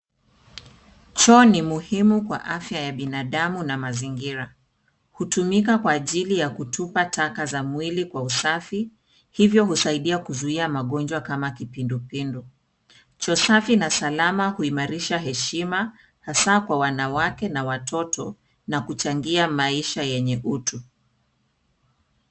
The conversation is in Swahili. Choo ni muhimu kwa afya ya binadamu na mazingira. Hutumika kwa ajili ya kutupa taka za mwili kwa usafi, hivyo husaidia kuzuia magonjwa kama kipindupindu. Choo safi na salama huimarisha heshima hasa kwa wanawake na watoto na kuchangia maisha yenye utu.